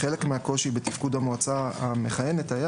חלק מהקושי בתפקוד המועצה המכהנת היה